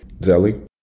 Zelly